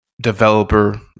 developer